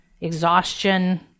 exhaustion